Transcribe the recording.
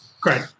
Great